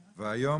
היום,